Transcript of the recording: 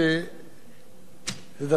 ובאופן זמני הוא גם גורם בעיה,